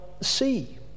see